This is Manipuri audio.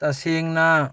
ꯇꯁꯦꯡꯅ